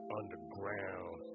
underground